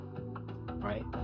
right